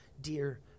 dear